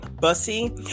bussy